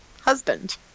husband